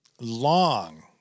Long